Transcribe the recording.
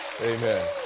Amen